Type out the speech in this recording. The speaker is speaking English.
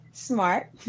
Smart